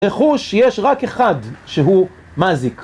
רכוש יש רק אחד שהוא מזיק